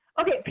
Okay